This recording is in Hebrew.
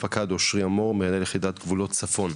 פקד אושרי אמור מנהל יחידת גבולות צפון,